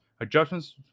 Adjustments